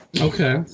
Okay